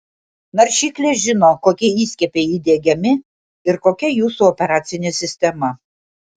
naršyklė žino kokie įskiepiai įdiegiami ir kokia jūsų operacinė sistema